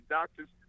doctors